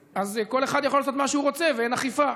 כל אחד יכול לעשות מה שהוא רוצה ואין אכיפה.